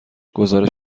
گزارش